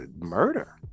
murder